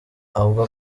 avuga